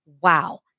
Wow